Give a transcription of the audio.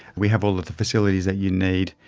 we have all the facilities that you need',